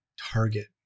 target